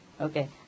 Okay